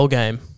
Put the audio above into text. game